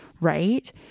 right